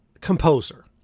composer